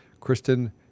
Kristen